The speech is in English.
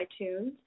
iTunes